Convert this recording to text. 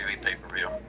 pay-per-view